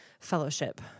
Fellowship